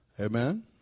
Amen